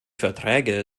verträge